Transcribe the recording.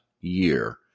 year